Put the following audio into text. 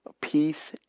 peace